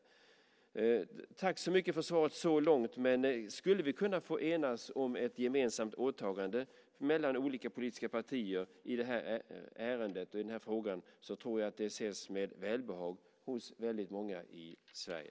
Tack så mycket för svaret så långt! Men skulle vi kunna få enas om ett gemensamt åtagande mellan olika politiska partier i detta ärende tror jag att det skulle ses med välbehag av väldigt många i Sverige.